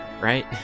right